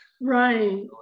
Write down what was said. right